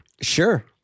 Sure